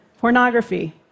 pornography